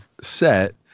set